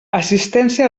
assistència